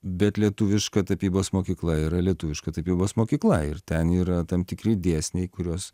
bet lietuviška tapybos mokykla yra lietuviška tapybos mokykla ir ten yra tam tikri dėsniai kuriuos